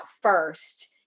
first